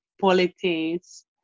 politics